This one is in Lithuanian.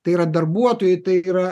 tai yra darbuotojai tai yra